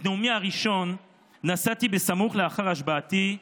את נאומי הראשון נשאתי סמוך לאחר השבעתי,